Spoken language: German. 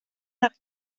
nach